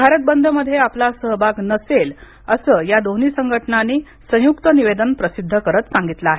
भारत बंद मध्ये आपला सहभाग नसेल असं या दोन्ही संघटनांनी संयुक्त निवेदन प्रसिद्ध करत सांगितलं आहे